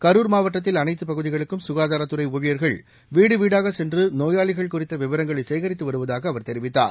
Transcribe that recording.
கரூர் மாவட்டத்தில் அனைத்து பகுதிகளுக்கும் சுகாதாரத்துறை ஊழியர்கள் வீடு வீடாக சென்று நோயாளிகள் குறித்த விவரங்களை சேகித்து வருவதாக அவர் தெரிவித்தார்